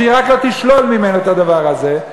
שהיא רק לא תשלול ממנו את הדבר הזה.